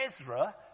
Ezra